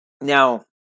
Now